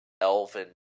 elven